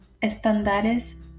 estándares